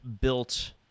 built